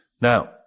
Now